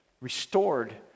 restored